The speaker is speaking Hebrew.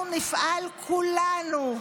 אנחנו נפעל, כולנו,